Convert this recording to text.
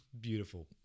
beautiful